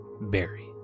Barry